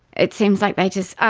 it seemed like they just,